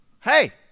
hey